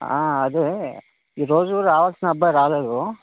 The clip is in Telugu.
అదే ఈరోజు రావల్సిన అబ్బాయి రాలేదు